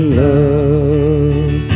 love